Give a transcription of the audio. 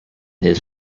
his